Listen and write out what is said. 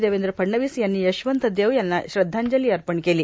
देवेंद्र फडणवीस यांनी यशवंत देव यांना श्रद्वांजली अर्पण केली